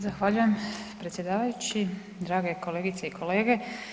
Zahvaljujem predsjedavajući, drage kolegice i kolege.